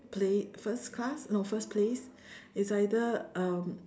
place first class no first place it's either um